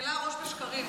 מקילה ראש בשקרים.